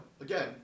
again